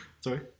Sorry